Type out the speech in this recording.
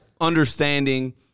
understanding